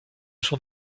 sont